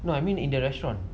no I mean in the restaurant